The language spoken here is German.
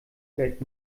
stellt